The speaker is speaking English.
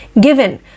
given